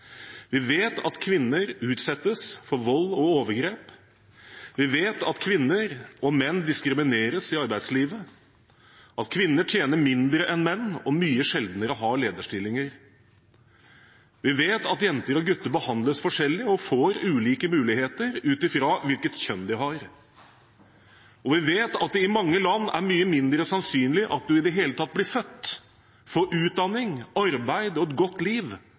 Vi vet at kvinner utsettes for vold og overgrep. Vi vet at kvinner og menn diskrimineres i arbeidslivet, at kvinner tjener mindre enn menn og mye sjeldnere har lederstillinger. Vi vet at jenter og gutter behandles forskjellig og får ulike muligheter ut fra hvilket kjønn de har. Vi vet at det i mange land er mye mindre sannsynlig at du i det hele tatt blir født, får utdanning, arbeid og et godt liv